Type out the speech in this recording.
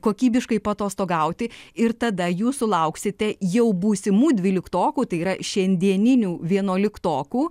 kokybiškai paatostogauti ir tada jūs sulauksite jau būsimų dvyliktokų tai yra šiandieninių vienuoliktokų